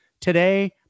Today